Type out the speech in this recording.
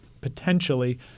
potentially